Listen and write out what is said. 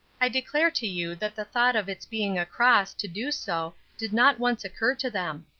i declare to you that the thought of its being a cross to do so did not once occur to them.